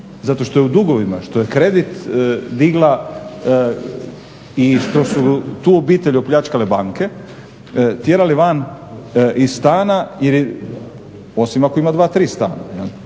zato što je u dugovima, što je kredit digla i što su tu obitelj opljačkale banke, tjerali van iz stana, osim ako ima 2-3 stana,